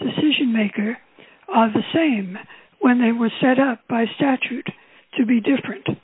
decision maker the same when they were set up by statute to be different